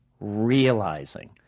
realizing